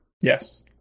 Yes